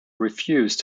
refuse